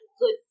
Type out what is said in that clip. good